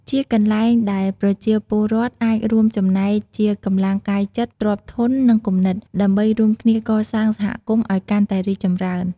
ជាកន្លែងដែលប្រជាពលរដ្ឋអាចរួមចំណែកជាកម្លាំងកាយចិត្ត ទ្រព្យធន និងគំនិត ដើម្បីរួមគ្នាកសាងសហគមន៍ឲ្យកាន់តែរីកចម្រើន។